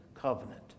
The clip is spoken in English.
covenant